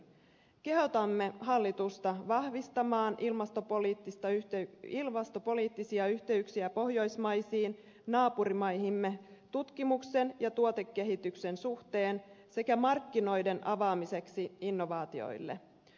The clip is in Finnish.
kehotamme hallitusta vahvistamaan ilmastopoliittisia yhteyksiä pohjoismaisiin naapurimaihimme tutkimuksen ja tuotekehityksen suhteen sekä markkinoiden avaamiseksi innovaatioille